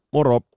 Moro